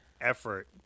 effort